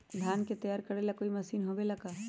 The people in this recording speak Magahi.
धान के तैयार करेला कोई मशीन होबेला का?